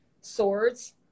swords